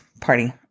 party